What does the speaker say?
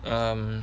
um